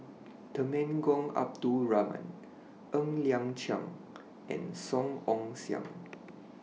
Temenggong Abdul Rahman Ng Liang Chiang and Song Ong Siang